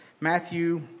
Matthew